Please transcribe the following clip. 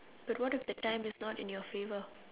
but what if the time is not in your favour